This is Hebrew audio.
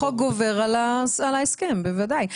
החוק גובר על ההסכם, בוודאי.